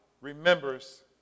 remembers